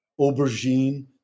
aubergine